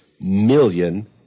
million